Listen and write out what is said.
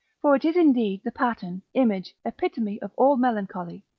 for it is indeed the pattern, image, epitome of all melancholy,